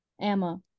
Emma